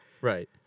right